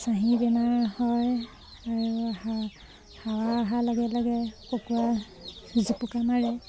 চাহী বেমাৰ হয় আৰু হাৱা হাৱা অহাৰ লাগে লাগে কুকুৰা জুপুকা মাৰে